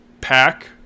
pack